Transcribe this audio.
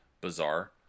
bizarre